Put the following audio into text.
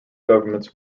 governments